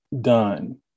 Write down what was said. done